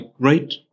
great